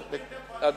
לא,